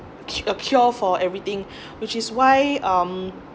c~ a cure for everything which is why um